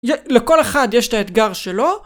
לכל אחד יש את האתגר שלו.